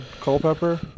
Culpepper